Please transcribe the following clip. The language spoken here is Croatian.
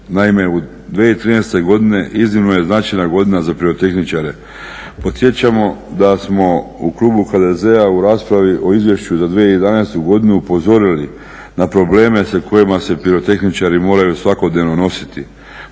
Naime, 2013. godina iznimno je značajna godina za pirotehničare. Podsjećamo da smo u klubu HDZ-a u raspravi o Izvješću za 2011. godinu upozorili na probleme sa kojima se pirotehničari moraju svakodnevno nositi